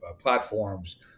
platforms